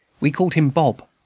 we called him bob!